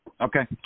Okay